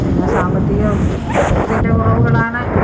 പിന്നെ സാമ്പത്തികത്തിൻ്റെ കുറവുകളാണ്